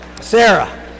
Sarah